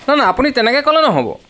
না না আপুনি তেনেকৈ ক'লে নহ'ব